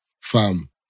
fam